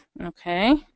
okay